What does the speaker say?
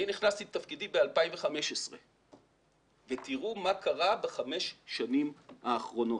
אני נכנסתי לתפקידי ב-2015 ותראו מה קרה בחמש השנים האחרונות.